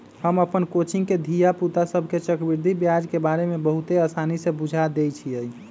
हम अप्पन कोचिंग के धिया पुता सभके चक्रवृद्धि ब्याज के बारे में बहुते आसानी से बुझा देइछियइ